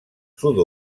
sud